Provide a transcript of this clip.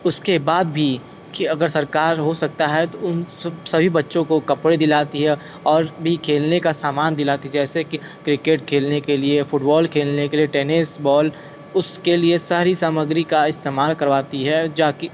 उसके बाद भी कि अगर सरकार हो सकता है तो उन सभी बच्चों को कपड़े दिलाती हैं और भी खेलने का सामान दिलाती है जैसे कि क्रिकेट खेलने के लिए फुटबॉल खेलने के लिए टेनिस बॉल उसके लिए सारी सामग्री का इस्तेमाल करवाती है जो कि